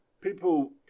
People